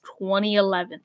2011